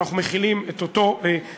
אנחנו מחילים את אותו עיקרון,